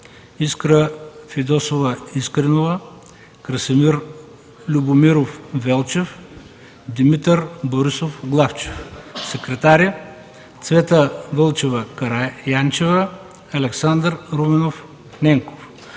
Искра Фидосова Искренова, Красимир Любомиров Велчев и Димитър Борисов Главчев. Секретари: Цвета Вълчева Караянчева и Александър Руменов Ненков.